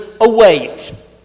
await